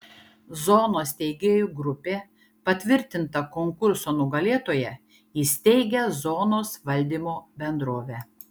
zonos steigėjų grupė patvirtinta konkurso nugalėtoja įsteigia zonos valdymo bendrovę